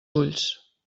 ulls